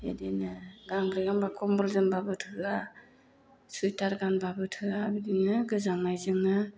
इदिनो गांब्रै गांबा खमबल जोमबाबो थोआ सुइटार गानबाबो थोआ बिदिनो गोजांनायजोंनो